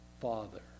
father